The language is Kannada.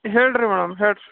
ಹೇಳಿರಿ ಮೇಡಮ್ ಹೇಳಿರಿ